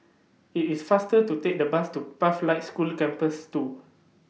IT IS faster to Take The Bus to Pathlight School Campus two